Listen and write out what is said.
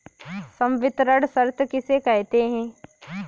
संवितरण शर्त किसे कहते हैं?